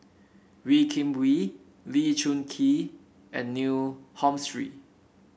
Wee Kim Wee Lee Choon Kee and Neil